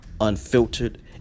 unfiltered